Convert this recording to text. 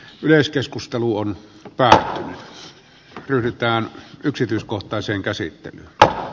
yleiskeskustelu on päää pyritään yksityiskohtaiseen käsittet ta